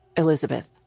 Elizabeth